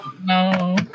No